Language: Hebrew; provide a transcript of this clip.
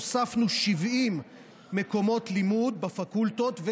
הוספנו 70 מקומות לימוד בפקולטות.